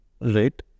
right